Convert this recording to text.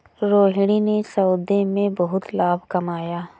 रोहिणी ने इस सौदे में बहुत लाभ कमाया